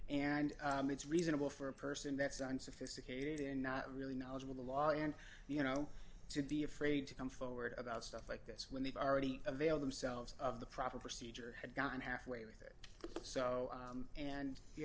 and it's reasonable for a person that's unsophisticated in not really knowledgeable the law and you know to be afraid to come forward about stuff like this when they've already availed themselves of the proper procedure had gone halfway with it so and you